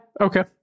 okay